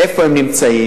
איפה הם נמצאים?